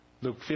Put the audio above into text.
Luke